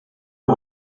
are